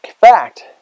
fact